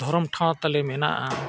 ᱫᱷᱚᱨᱚᱢ ᱴᱷᱟᱶ ᱛᱟᱞᱮ ᱢᱮᱱᱟᱜᱼᱟ